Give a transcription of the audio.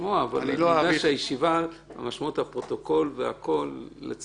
הישיבה ננעלה בשעה 16:00.